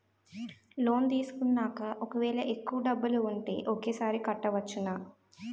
Loan తీసుకున్నాక ఒకవేళ ఎక్కువ డబ్బులు ఉంటే ఒకేసారి కట్టవచ్చున?